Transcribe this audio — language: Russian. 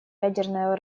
ядерное